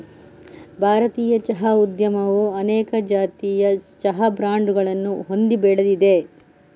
ಭಾರತೀಯ ಚಹಾ ಉದ್ಯಮವು ಅನೇಕ ಜಾಗತಿಕ ಚಹಾ ಬ್ರಾಂಡುಗಳನ್ನು ಹೊಂದಿ ಬೆಳೆದಿದೆ